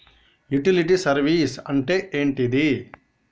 Utility service అంటే ఏంటిది?